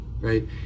right